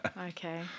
Okay